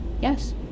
yes